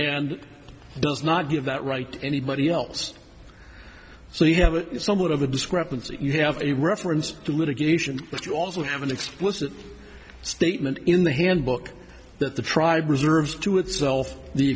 and does not give that right to anybody else so you have a somewhat of a discrepancy you have a reference to litigation but you also have an explicit statement in the handbook that the tribe reserves to itself the